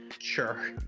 sure